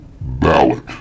ballot